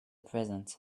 present